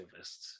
activists